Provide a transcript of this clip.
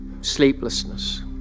sleeplessness